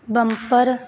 bumper